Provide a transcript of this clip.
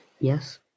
Yes